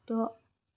द'